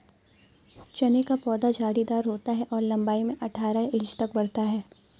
चने का पौधा झाड़ीदार होता है और लंबाई में अठारह इंच तक बढ़ता है